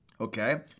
okay